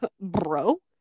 bro